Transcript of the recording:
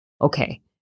okay